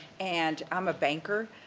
and, i'm a banker,